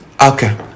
Okay